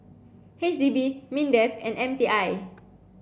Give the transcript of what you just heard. H D B MINDEF and M T I